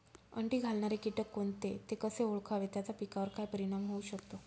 अंडी घालणारे किटक कोणते, ते कसे ओळखावे त्याचा पिकावर काय परिणाम होऊ शकतो?